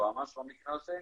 היועמ"ש במקרה הזה,